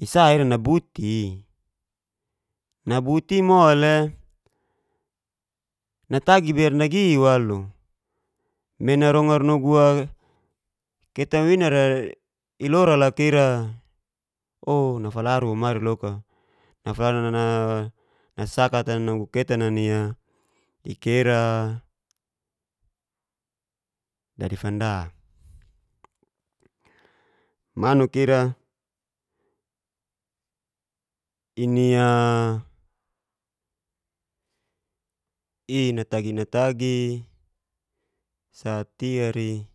I'sa ira nabuti'i, nabuti ira mole natagi biar nagi walu me narongar nugu ketan winara ilura loka ira o nafalaru womari loka, nafalaru nasaka ata nugu ketan"a nia ikera dadi fanda. manuk ira ini'a inatagi-natagi satiari